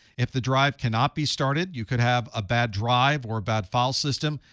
if the drive cannot be started, you could have a bad drive or a bad file system.